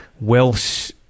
Welsh